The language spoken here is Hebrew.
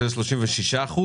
שזה 36%,